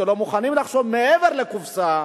שלא מוכנים לחשוב מעבר לקופסה,